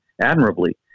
admirably